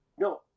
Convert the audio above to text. No